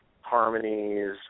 harmonies